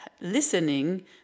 listening